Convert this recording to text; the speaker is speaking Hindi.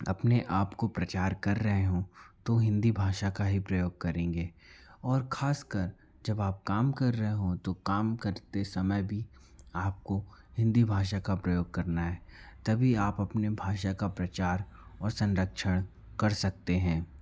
अपने आपको प्रचार कर रहे हो तो हिंदी भाषा का ही प्रयोग करेंगे और खासकर जब आप काम कर रहे हो तो काम करते समय भी आपको हिंदी भाषा का प्रयोग करना है तभी आप अपने भाषा का प्रचार और संरक्षण कर सकते हैं